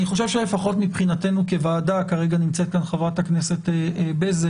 אני חושב שלפחות מבחינתנו כוועדה כרגע נמצאת כאן חברת הכנסת בזק,